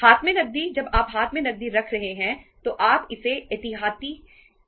हाथ में नकदी जब आप हाथ में नकदी रख रहे हैं तो आप इसे एहतियाती उद्देश्य के लिए रख रहे हैं